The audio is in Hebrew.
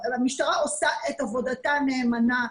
המשטרה עושה את עבודתה נאמנה.